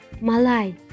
Malay